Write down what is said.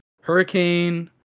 hurricane